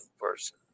person